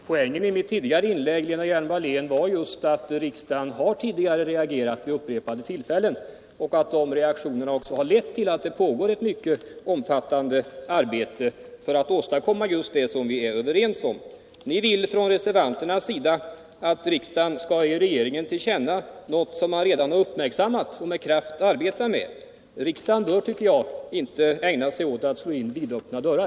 Herr talman! Poängen i mitt tidigare inlägg, Lena Hjelm-Wallén, var just att riksdagen tidigare vid upprepade tillfällen har reagerat och att de reaktionerna också har lett till att ett mycket omfattande arbete pågår för att åstadkomma just det som vi är överens om. Reservanterna vill nu att riksdagen skall ge regeringen till känna något som man redan uppmärksammat och med kraft arbetar med. Riksdagen bör, tycker jag, inte ägna sig åt att slå in vidöppna dörrar.